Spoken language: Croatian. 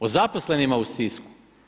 O zaposlenima u Sisku?